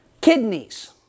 Kidneys